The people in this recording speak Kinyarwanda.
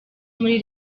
muri